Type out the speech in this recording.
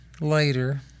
later